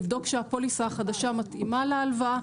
לבדוק שהפוליסה החדשה מתאימה להלוואה.